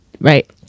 right